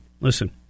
listen